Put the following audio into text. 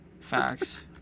Facts